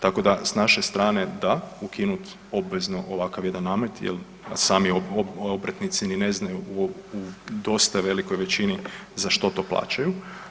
Tako da s naše strane da, ukinut obvezno ovakav jedan nameta jel sami obrtnici ni ne znaju u dosta velikoj većini za što to plaćaju.